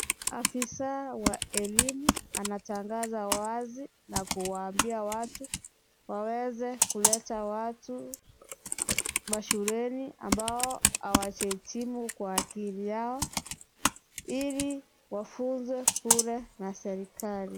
Afisaa wa elimu anatangaza wazi na kuwaambia watu waweze kuleta watu mashuleni ambao hawajahitimu kwa akili yao ili wafunwe bure na serikali.